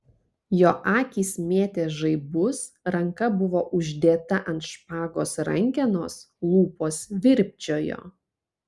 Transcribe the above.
jo akys mėtė žaibus ranka buvo uždėta ant špagos rankenos lūpos virpčiojo